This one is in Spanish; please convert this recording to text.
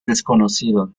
desconocido